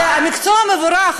זה מקצוע מבורך,